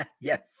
yes